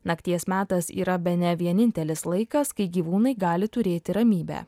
nakties metas yra bene vienintelis laikas kai gyvūnai gali turėti ramybę